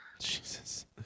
Jesus